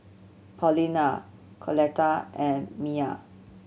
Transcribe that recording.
Paulina Coletta and Mia